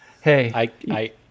Hey